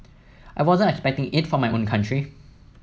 I wasn't expecting it from my own country